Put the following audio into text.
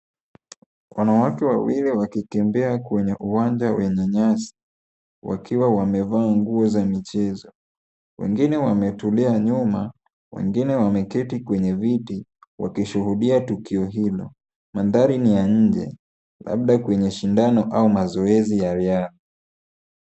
Wanawake wawili wakikimbia kwenye uwanja wenye nyasi wakiwa wamevaa nguo za mchezo , wengine wametulia nyuma wengine wameketi kwenye viti wakishuhudia tukio hilo , mandhari ni ya nje labda kwenye shindano au mazoezi ya riadha .